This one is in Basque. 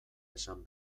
esan